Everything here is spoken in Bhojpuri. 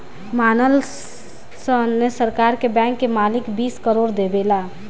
मानल सन सरकार के बैंक के मालिक बीस करोड़ देले बा